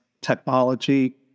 technology